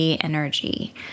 energy